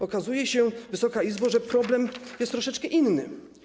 Okazuje się, Wysoka Izbo, że problem jest troszeczkę inny.